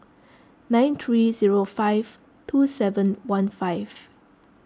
nine three zero five two seven one five